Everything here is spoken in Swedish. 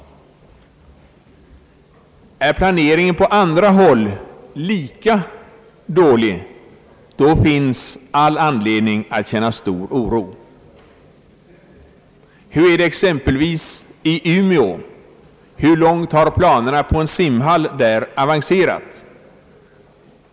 Är planeringen på andra håll lika dålig, då finns — menar jag — all anledning att känna stor oro. Hur långt har exempelvis i Umeå planerna på en simhall där avancerat?